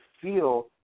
feel